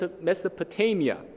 Mesopotamia